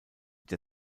der